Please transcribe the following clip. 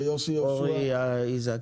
אורי איזק.